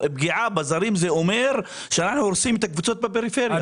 פגיעה בזרים זה אומר שאנחנו הורסים את הקבוצות בפריפריה,